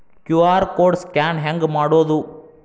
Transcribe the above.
QR code scan ಹೆಂಗ್ ಮಾಡೋದು?